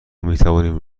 میتوانیم